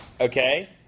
Okay